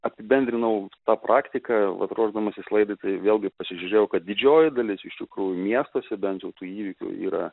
apibendrinau tą praktiką vat ruošdamasis laidai vėlgi pasižiūrėjau kad didžioji dalis iš tikrųjų miestuose bent jau tų įvykių yra